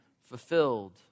fulfilled